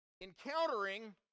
encountering